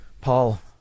Paul